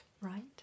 right